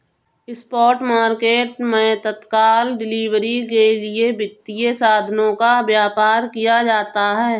spot market मैं तत्काल delivery के लिए वित्तीय साधनों का व्यापार किया जाता है